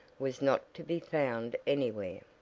was not to be found anywhere.